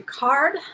card